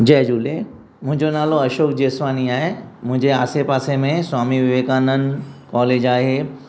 जय झूले मुंहिंजो नालो अशोक जेसवाणी आहे मुंहिंजे आसे पासे में स्वामी विवेकानन्द कॉलेज आहे